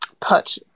put